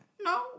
No